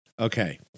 okay